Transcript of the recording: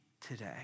today